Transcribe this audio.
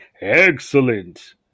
excellent